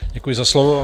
Děkuji za slovo.